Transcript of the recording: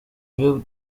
byo